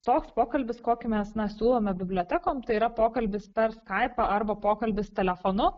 toks pokalbis kokį mes na siūlome bibliotekom tai yra pokalbis per skaipą arba pokalbis telefonu